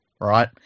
right